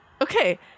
okay